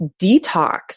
Detox